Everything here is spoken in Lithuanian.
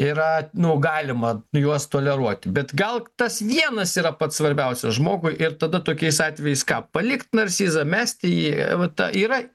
yra nu galima juos toleruoti bet gal tas vienas yra pats svarbiausias žmogui ir tada tokiais atvejais ką palikt narcizą mesti jį vat ta yra